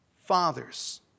fathers